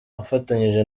afatanyije